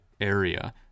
area